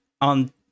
on